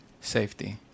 safety